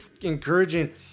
encouraging